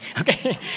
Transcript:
okay